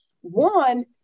one